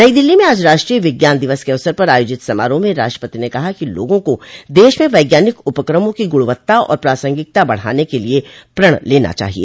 नई दिल्ली में आज राष्ट्रीय विज्ञान दिवस के अवसर पर आयोजित समारोह में राष्ट्रपति ने कहा कि लोगों को देश में वैज्ञानिक उपक्रमों की गुणवत्ता और प्रासंगिकता बढ़ाने के लिए प्रण लेना चाहिए